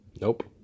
Nope